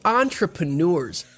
entrepreneurs